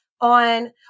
on